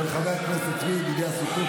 של חבר הכנסת צבי ידידה סוכות,